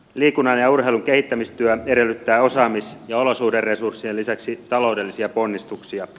liikunnan ja urheilun kehittämistyö edellyttää osaamis ja olosuhderesurssien lisäksi taloudellisia ponnistuksia